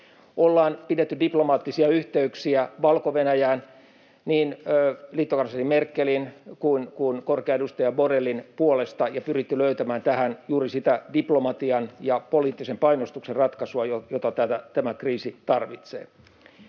Ollaan pidetty diplomaattisia yhteyksiä Valko-Venäjään niin liittokansleri Merkelin kuin korkean edustajan Borrellin puolesta ja pyritty löytämään tähän juuri sitä diplomatian ja poliittisen painostuksen ratkaisua, jota tämä kriisi tarvitsee.